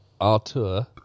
Arthur